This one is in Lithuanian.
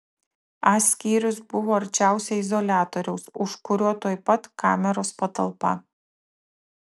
a skyrius buvo arčiausiai izoliatoriaus už kurio tuoj pat kameros patalpa